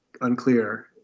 unclear